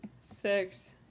Six